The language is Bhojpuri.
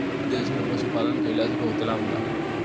देश में पशुपालन कईला से बहुते लाभ होला